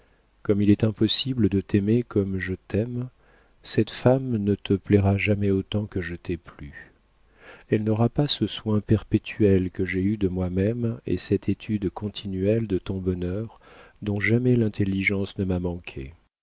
comme il est impossible de t'aimer comme je t'aime cette femme ne te plaira jamais autant que je t'ai plu elle n'aura pas ce soin perpétuel que j'ai eu de moi-même et cette étude continuelle de ton bonheur dont jamais l'intelligence ne m'a manqué